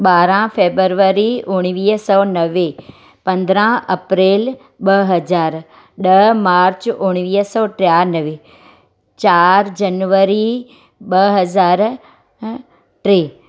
ॿारहां फेबरवरी उणिवीह सौ नवे पंदरहां अप्रेल ॿ हज़ार ॾह मार्च उणिवीह सौ टियानवे चार जनवरी ॿ हज़ार अं टे